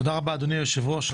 תודה רבה, אדוני היושב-ראש.